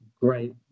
great